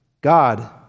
God